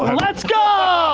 let's go